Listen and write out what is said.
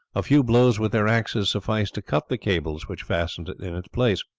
a few blows with their axes sufficed to cut the cables which fastened it in its place.